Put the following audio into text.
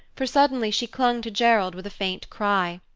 for suddenly she clung to gerald with a faint cry.